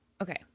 Okay